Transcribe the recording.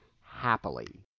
happily